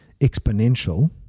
exponential